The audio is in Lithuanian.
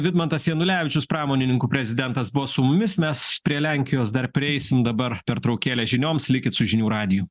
vidmantas janulevičius pramonininkų prezidentas buvo su mumis mes prie lenkijos dar prieisim dabar pertraukėlė žinioms likit su žinių radiju